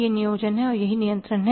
यह नियोजन है और यहीं नियंत्रण है